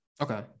okay